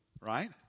Right